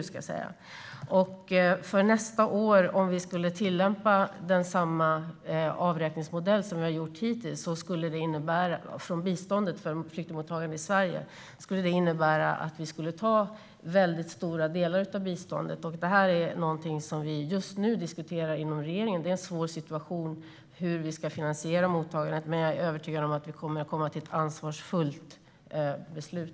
Om vi för nästa år skulle tillämpa samma avräkningsmodell i fråga om bistånd för flyktingmottagande i Sverige som vi har gjort hittills skulle det innebära att vi skulle ta väldigt stora delar av biståndet. Det är någonting som vi just nu diskuterar inom regeringen. Det är en svår situation. Hur ska vi finansiera mottagandet? Men jag är övertygad om att vi kommer att komma fram till ett ansvarsfullt beslut.